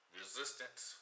resistance